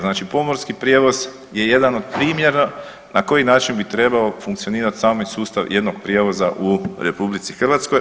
Znači pomorski prijevoz je jedan od primjera na koji način bi trebao funkcionirati sami sustav jednog prijevoza u RH.